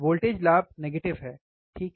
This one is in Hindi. वोल्टेज लाभ नेगेटिव है ठीक है